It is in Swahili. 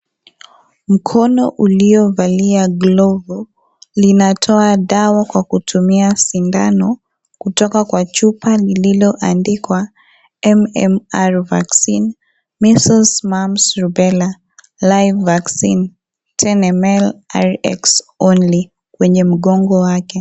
Mkono uliovalia glovu linatoa dawa kutumia sindano kutoka kwa chupa lililoandikwa MMR Vaccine Main Source Mum Rubena Life Vaccine ten ml Rx Only kwenye mgongo wake.